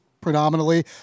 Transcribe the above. predominantly